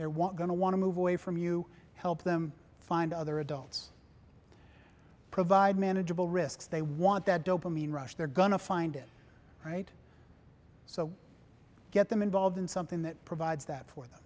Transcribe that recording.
there won't going to want to move away from you help them find other adults provide manageable risks they want that dopamine rush they're going to find it right so get them involved in something that provides that for them